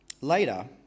Later